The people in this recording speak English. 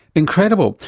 incredible.